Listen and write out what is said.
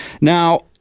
Now